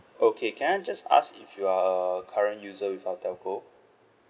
okay can I just ask if you are current user with our telco